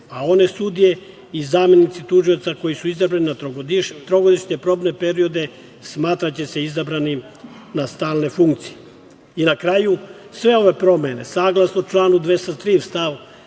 a one sudije i zamenici tužioca koji su izabrani na trogodišnje probne periode smatraće se izabranim na stalne funkcije. Na kraju, sve ove promene, saglasno članu 203. stav